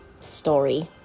story